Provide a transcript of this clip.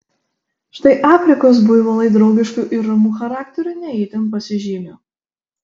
štai afrikos buivolai draugišku ir ramu charakteriu ne itin pasižymi